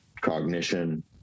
cognition